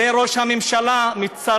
את זה ראש הממשלה מצרף